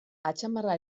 atzamarra